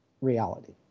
reality